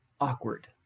awkward